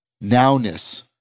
now-ness